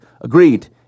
Agreed